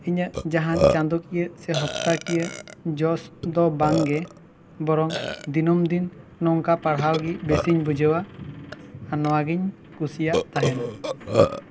ᱤᱧᱟᱹᱜ ᱡᱟᱦᱟᱱ ᱪᱟᱸᱫᱳ ᱠᱤᱭᱟᱹ ᱥᱮ ᱦᱚᱯᱛᱟ ᱠᱤᱭᱟᱹ ᱡᱚᱥ ᱫᱚ ᱵᱟᱝ ᱜᱮ ᱵᱚᱨᱚᱱ ᱫᱤᱱᱟᱹᱢ ᱫᱤᱱ ᱱᱚᱝᱠᱟ ᱯᱟᱲᱦᱟᱣ ᱜᱤ ᱵᱮᱥ ᱤᱧ ᱵᱩᱡᱷᱟᱹᱣᱟ ᱟᱨ ᱱᱚᱣᱟ ᱜᱤᱧ ᱠᱩᱥᱤᱭᱟᱜ ᱛᱟᱦᱮᱱᱟ